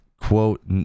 quote